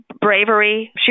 bravery